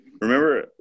Remember